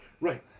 Right